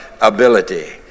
ability